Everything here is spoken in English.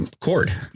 cord